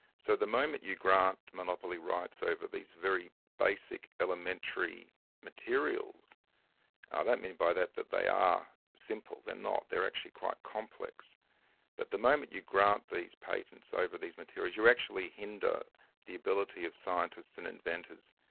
so the moment you grant monopoly rights over these very basic elementary materials i don't mean by that that they are simple, they're not, they're actually quite complex but the moment you grant these patents over these materials, you actually hinder the ability of scientists and inventors,